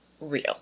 real